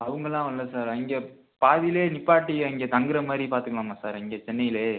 அவங்களாம் வரல சார் அங்கே பாதியிலே நிப்பாட்டி அங்கே தங்குற மாதிரி பார்த்துக்குலாமா சார் அங்கே சென்னையிலே